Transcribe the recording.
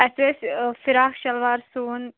اَسہِ ٲسۍ فِراک شلوار سُوُن